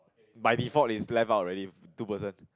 by default is left out already two person